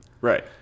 Right